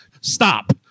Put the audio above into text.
stop